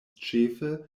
ĉefe